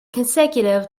consecutive